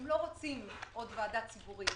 הם לא רוצים עוד ועדה ציבורית,